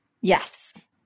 Yes